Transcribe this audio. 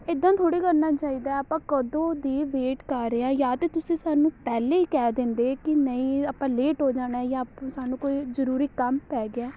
ਇੱਦਾਂ ਥੋੜ੍ਹੀ ਕਰਨਾ ਚਾਹੀਦਾ ਆਪਾਂ ਕਦੋਂ ਦੀ ਵੇਟ ਕਰ ਰਹੇ ਹਾਂ ਜਾਂ ਤਾਂ ਤੁਸੀਂ ਸਾਨੂੰ ਪਹਿਲਾਂ ਹੀ ਕਹਿ ਦਿੰਦੇ ਕਿ ਨਹੀਂ ਆਪਾਂ ਲੇਟ ਹੋ ਜਾਣਾ ਜਾਂ ਸਾਨੂੰ ਕੋਈ ਜ਼ਰੂਰੀ ਕੰਮ ਪੈ ਗਿਆ